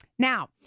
Now